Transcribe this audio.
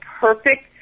perfect